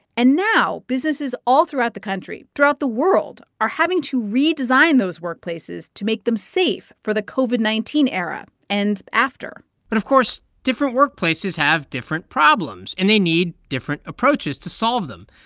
and now businesses all throughout the country, throughout the world, are having to redesign those workplaces to make them safe for the covid nineteen era and after but, of course, different workplaces have different problems, and they need different approaches to solve them.